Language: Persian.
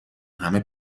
همه